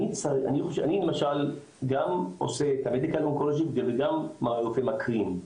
אני למשל גם עושה את הבדק האונקולוגי וגם עם הרופא המקרין.